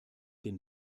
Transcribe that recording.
den